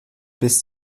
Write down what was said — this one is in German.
bis